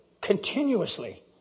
continuously